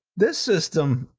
this system,